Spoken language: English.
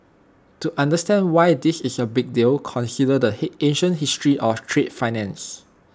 to understand why this is A big deal consider the heat ancient history of trade finance